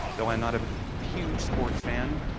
though i am not a huge sports fan,